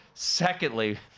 Secondly